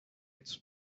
its